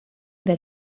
that